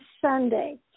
Sunday